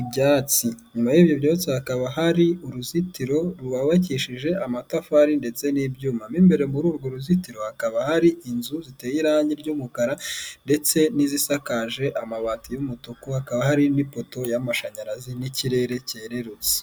ibyatsi nyuma yibyo byatsi hakaba hari uruzitiro rwubakishije amatafari ndetse n'ibyuma mwimbere muri urwo ruzitiro hakaba hari inzu ziteye irangi ry'umukara ndetse n'izisakaje amabati y'umutuku hakaba hari ni poto y'amashanyarazi n'ikirere cyerurutse .